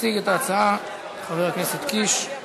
יציג את ההצעה חבר הכנסת קיש.